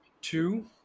two